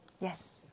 Yes